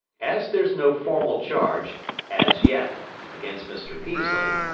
as there's no formal charge as yet against mr. peaslee,